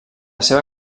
seva